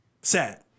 Sad